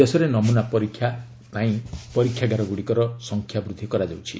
ଦେଶରେ ନମୁନା ପରୀକ୍ଷା ପାଇଁ ପରୀକ୍ଷାଗାରଗୁଡ଼ିକର ସଂଖ୍ୟା ବୃଦ୍ଧି କରାଯାଉଛି